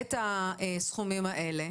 את הסכומים האלה,